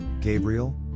Gabriel